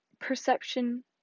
perception